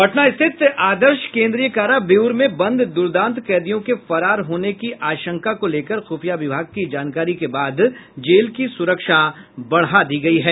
पटना रिथत आदर्श केन्द्रीय कारा बेऊर में बंद दुर्दांत कैदियों के फरार होने की आशंका को लेकर खुफिया विभाग की जानकारी के बाद जेल की सुरक्षा बढ़ा दी गयी है